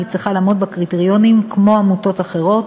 היא צריכה לעמוד בקריטריונים כמו עמותות אחרות,